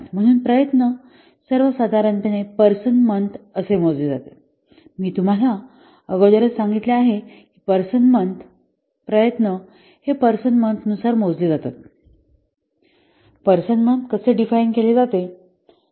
म्हणून प्रयत्न सर्व साधारणपणे पर्सन मंथ असे मोजले जाते मी तुम्हाला अगोदरच सांगितले आहे की पर्सन मंथ प्रयत्न हे पर्सन मंथ नुसार मोजले जातात पर्सन मंथ कसे डिफाइन केले जाते